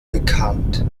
bekannt